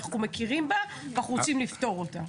שאנחנו מכירים בה ואנחנו רוצים לפתור אותה.